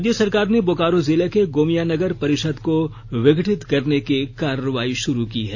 राज्य सरकार ने बोकारो जिले के गोमिया नगर परिषद को विघटित करने की कार्रवाई शुरू की है